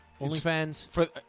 OnlyFans